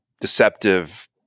deceptive